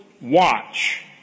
watch